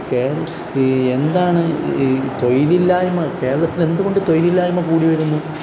ഈ എന്താണ് ഈ തൊഴിലില്ലായ്മ കേരളത്തിൽ എന്തുകൊണ്ട് തൊഴിലില്ലായ്മ കൂടി വരുന്നു